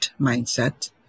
mindset